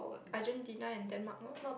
Argentina and Denmark loh